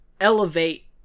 elevate